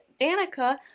Danica